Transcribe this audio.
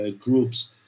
groups